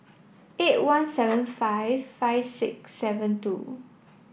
eight one seven five five six seven two